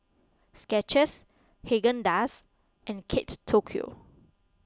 Skechers Haagen Dazs and Kate Tokyo